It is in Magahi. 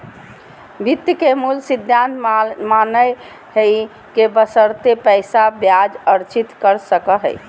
वित्त के मूल सिद्धांत मानय हइ कि बशर्ते पैसा ब्याज अर्जित कर सको हइ